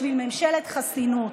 בשביל ממשלת חסינות.